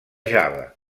java